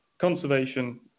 conservation